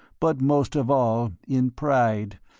but most of all in pride,